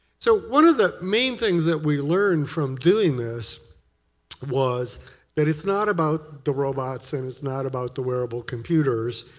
so one of the main things we learned from doing this was that it's not about the robots. and it's not about the wearable computers.